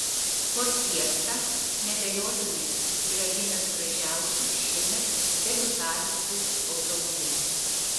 ford fiesta neabejotinai yra vienas gražiausių šiemet debiutavusių automobilių